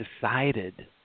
decided